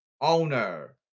Owner